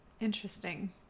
Interesting